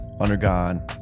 undergone